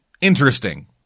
interesting